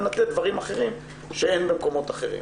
לתת דברים אחרים שאין במקומות אחרים.